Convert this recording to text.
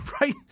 right